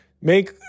make